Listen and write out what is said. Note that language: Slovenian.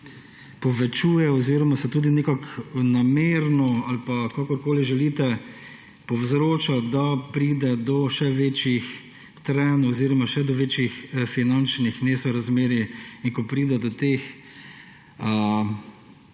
povečuje oziroma se tudi nekako namerno, ali pa kakorkoli želite, povzroča, da pride do še večjih trenj oziroma do še večjih finančnih nesorazmerij. In ko pride do teh